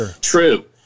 True